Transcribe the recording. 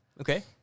Okay